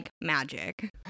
magic